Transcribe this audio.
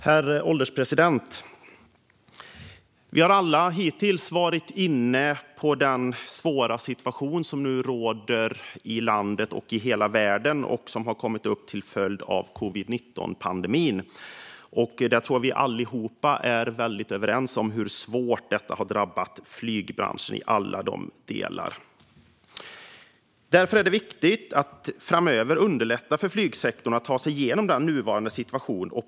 Herr ålderspresident! Vi har alla hittills varit inne på den svåra situation som nu råder i landet och i hela världen till följd av covid-19-pandemin. Jag tror att vi alla är väldigt överens om hur hårt detta har drabbat flygbranschen i alla dess delar. Därför är det viktigt att framöver underlätta för flygsektorn att ta sig igenom den nuvarande situationen.